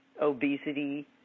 obesity